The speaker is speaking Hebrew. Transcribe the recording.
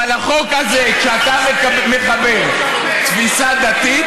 אבל החוק הזה, שאתה מכוון תפיסה דתית,